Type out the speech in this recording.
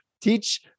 teach